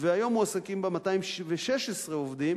והיום מועסקים בה 216 עובדים